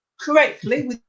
correctly